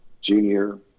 junior